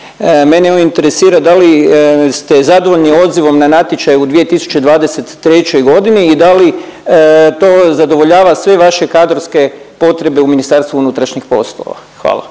Mene evo interesira da li ste zadovoljni odazivom na natječaje u 2023. godini i da li to zadovoljava sve vaše kadrovske potrebe u Ministarstvu unutrašnjih poslova? Hvala.